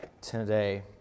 today